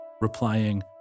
replying